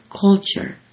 culture